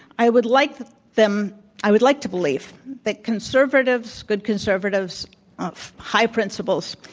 i would like them i would like to believe that conservatives, good conservatives of high principles,